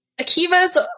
Akiva's